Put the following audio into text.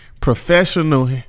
professional